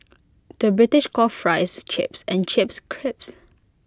the British calls Fries Chips and Chips Crisps